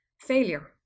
failure